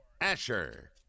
Asher